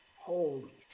Holy